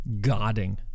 guarding